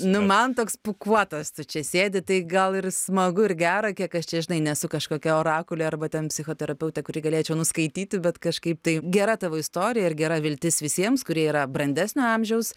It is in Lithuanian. nu man toks pūkuotas tu čia sėdi tai gal ir smagu ir gera kiek aš čia žinai nesu kažkokia orakulė arba ten psichoterapeutė kuri galėčiau nuskaityti bet kažkaip tai gera tavo istorija ir gera viltis visiems kurie yra brandesnio amžiaus